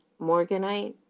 morganite